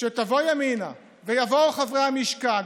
שתבוא ימינה ויבואו חברי המשכן,